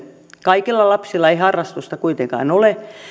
kaikilla lapsilla ei harrastusta kuitenkaan ole